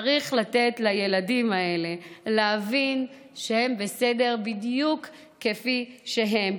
צריך לתת לילדים האלה להבין שהם בסדר בדיוק כפי שהם,